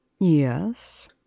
Yes